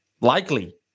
likely